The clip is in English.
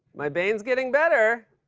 my bane's getting better.